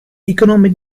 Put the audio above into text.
economic